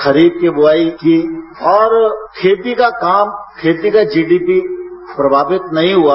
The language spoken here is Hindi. खरीफ की बुआई की और खेती का काम खेती का जीडीपी प्रभावित नहीं हुआ